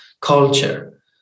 culture